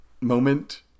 moment